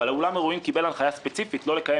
אבל אולם האירועים קיבל הנחיה ספציפית לא לקיים